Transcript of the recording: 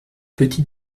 petit